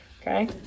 Okay